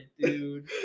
dude